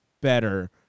better